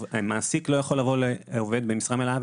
המעסיק לא יכול לבוא לעובד במשרה מלאה,